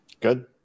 Good